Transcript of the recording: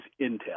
intel